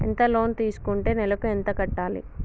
ఎంత లోన్ తీసుకుంటే నెలకు ఎంత కట్టాలి?